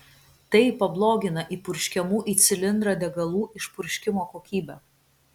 tai pablogina įpurškiamų į cilindrą degalų išpurškimo kokybę